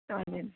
हजुर